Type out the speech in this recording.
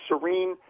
serene